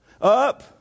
up